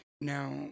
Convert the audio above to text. Now